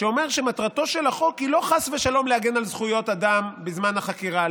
שאומר שמטרתו של החוק היא לא חס ושלום להגן על זכויות אדם בזמן החקירה,